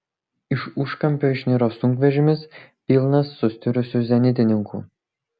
iš užkampio išniro sunkvežimis pilnas sustirusių zenitininkų